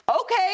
Okay